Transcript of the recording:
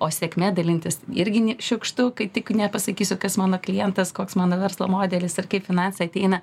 o sėkme dalintis irgi n šiukštu kai tik nepasakysiu kas mano klientas koks mano verslo modelis ir kaip finansai ateina